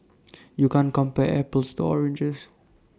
you can't compare apples to oranges